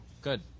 Good